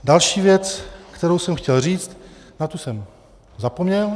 Další věc, kterou jsem chtěl říct, na tu jsem zapomněl.